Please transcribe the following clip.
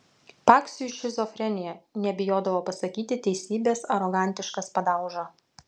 paksiui šizofrenija nebijodavo pasakyti teisybės arogantiškas padauža